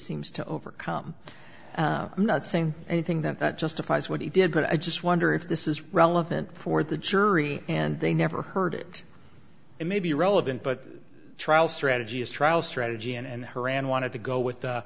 seems to overcome i'm not saying anything that that justifies what he did but i just wonder if this is relevant for the jury and they never heard it it may be irrelevant but trial strategy is trial strategy and her and wanted to go with